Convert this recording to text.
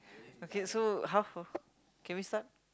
okay so half of can we start